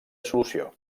solució